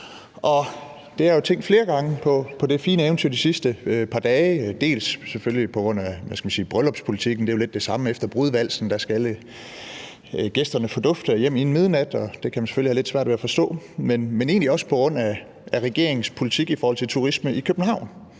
dage tænkt på det fine eventyr, dels selvfølgelig på grund af bryllupspolitikken, for det er jo lidt det samme, da alle gæsterne efter brudevalsen skal fordufte og hjem inden midnat, og det kan man selvfølgelig have lidt svært ved at forstå, dels på grund af regeringens politik i forhold til turisme i København.